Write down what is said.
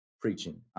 preaching